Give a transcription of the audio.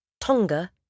Tonga